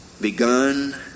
begun